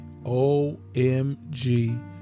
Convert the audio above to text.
OMG